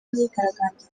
imyigaragambyo